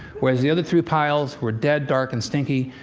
whereas the other three piles were dead, dark and stinky,